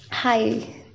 Hi